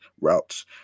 routes